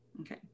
okay